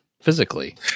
physically